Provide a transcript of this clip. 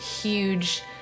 huge